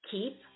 Keep